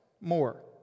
more